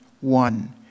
One